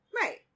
Right